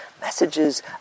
messages